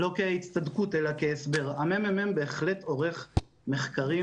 לא כהצטדקות אלא כהסבר: הממ"מ בהחלט עורך מחקרים